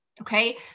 okay